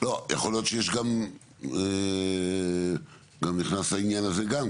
יכול להיות שיש גם נכנס העניין הזה גם,